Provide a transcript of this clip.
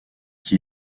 qui